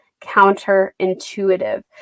counterintuitive